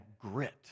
grit